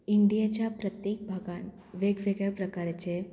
इंडियाच्या प्रत्येक भागान वेगवेगळ्या प्रकाराचे